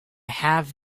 have